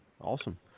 Awesome